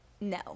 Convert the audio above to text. no